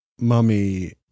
mummy